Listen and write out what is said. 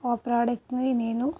ఆ ప్రాడక్ట్ని నేను